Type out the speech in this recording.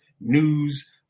news